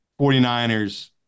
49ers